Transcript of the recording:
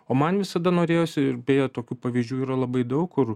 o man visada norėjosi ir beje tokių pavyzdžių yra labai daug kur